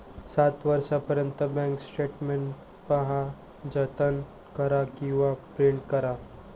सात वर्षांपर्यंत bank statement पहा, जतन करा किंवा प्रिंट करा